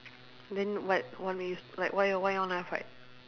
then but like why you all why you all never fight